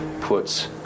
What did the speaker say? puts